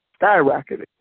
skyrocketed